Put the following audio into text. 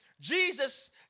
Jesus